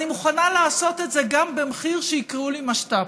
אני מוכנה לעשות את זה גם במחיר שיקראו לי משת"פית,